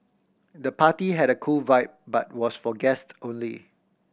the party had a cool vibe but was for guest only